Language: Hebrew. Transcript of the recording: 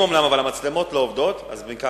בבקשה.